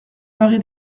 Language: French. mari